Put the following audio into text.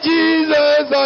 Jesus